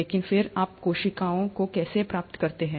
लेकिन फिर आप कोशिकाओं को कैसे प्राप्त करते हैं